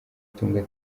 tunga